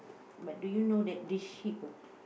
but do you know that this sheep